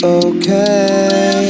okay